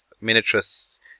miniatures